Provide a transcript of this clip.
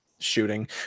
shooting